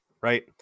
right